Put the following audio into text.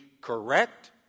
correct